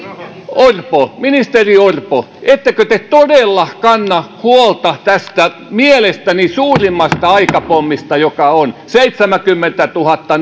ministeri orpo ettekö te todella kanna huolta tästä mielestäni suurimmasta aikapommista seitsemänkymmentätuhatta